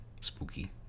spooky